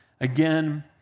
again